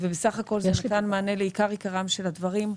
זה בסך הכול נתן מענה לעיקר עיקרם של הדברים.